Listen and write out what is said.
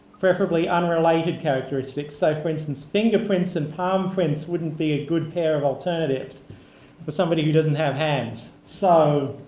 preferably unrelated characteristics. so, for instance, fingerprints and palm prints wouldn't be a good pair of alternatives for somebody who doesn't have hands. so